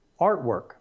artwork